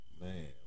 Man